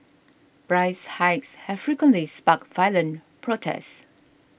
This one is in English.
price hikes have frequently sparked violent protests